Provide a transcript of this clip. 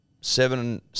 seven